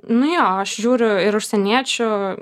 nu jo aš žiūriu ir užsieniečių